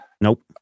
Nope